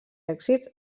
èxits